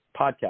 podcast